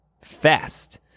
Fast